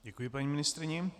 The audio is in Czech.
Děkuji paní ministryni.